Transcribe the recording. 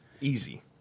easy